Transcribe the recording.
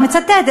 אני מצטטת.